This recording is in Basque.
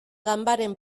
ganbaren